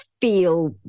feel